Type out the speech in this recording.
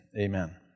Amen